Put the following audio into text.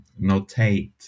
notate